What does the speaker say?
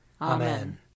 Amen